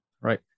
Right